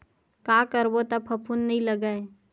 का करबो त फफूंद नहीं लगय?